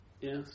Yes